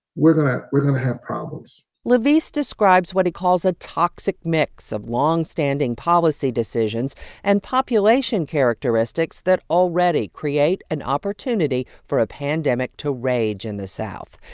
we're going ah we're going to have problems laveist describes what he calls a toxic mix of long-standing policy decisions and population characteristics that already create an opportunity for a pandemic to rage in the south.